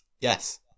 Yes